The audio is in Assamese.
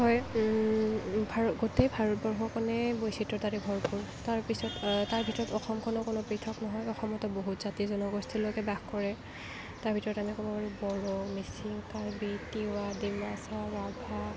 হয় গোটেই ভাৰতবৰ্ষখনেই বৈচিত্ৰতাৰে ভৰপূৰ তাৰপাছত তাৰ ভিতৰত অসমখনক অলপ পৃথক নহয় অসমতো বহুত জাতি জনগোষ্ঠী লোকে বাস কৰে তাৰ ভিতৰত আমি ক'ব পাৰো বড়ো মিচিং কাৰ্বি তিৱা ডিমাচা ৰাভা